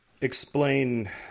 explain